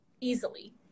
easily